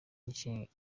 ishimangira